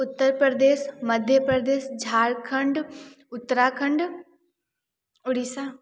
Uttar Pradesh Madhya Pradesh Jharkhand Uttarakhand Orissa